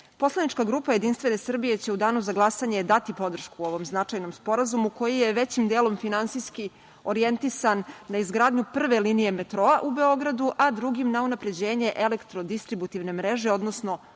Srbiji. Poslanička grupa JS će u danu za glasanje dati podršku ovom značajnom sporazumu, koji je većim delom finansijski orijentisan na izgradnju prve linije metroa u Beogradu, a drugim na unapređenjem elektrodistributivne mreže, odnosno